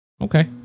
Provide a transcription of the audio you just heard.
Okay